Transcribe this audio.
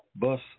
bus